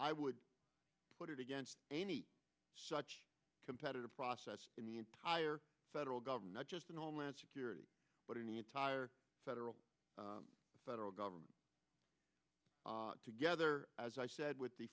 i would put it against any such competitive process in the entire federal government just in homeland security but in the entire federal federal government gather as i said with the